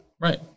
Right